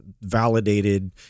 validated